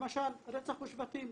למשל, רצח בשבטים.